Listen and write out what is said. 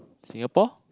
Singapore